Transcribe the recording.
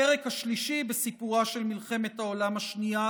הפרק השלישי בסיפורה של מלחמת העולם השנייה,